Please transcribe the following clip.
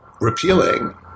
repealing